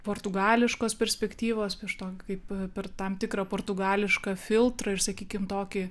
portugališkos perspektyvos iš to kaip per tam tikrą portugališką filtrą ir sakykim tokį